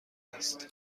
است